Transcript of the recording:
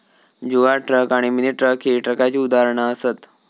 जुगाड truck आणि mini truck ही ट्रकाची उदाहरणा असत